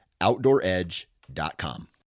OutdoorEdge.com